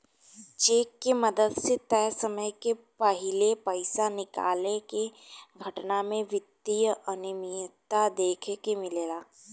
check के मदद से तय समय के पाहिले पइसा निकाले के घटना में वित्तीय अनिमियता देखे के मिलेला